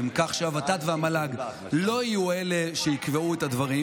כך שהוות"ת והמל"ג לא יהיו אלה שיקבעו את הדברים,